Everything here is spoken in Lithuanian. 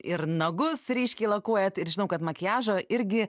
ir nagus ryškiai lakuojat ir žinau kad makiažo irgi